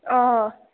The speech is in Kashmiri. آ